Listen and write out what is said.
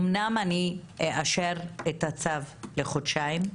אמנם אני אאשר את הצו לחודשיים,